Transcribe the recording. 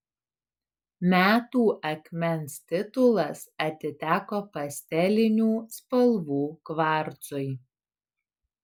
metų akmens titulas atiteko pastelinių spalvų kvarcui